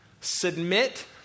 Submit